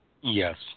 Yes